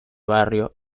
barrio